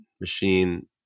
machine